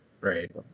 Right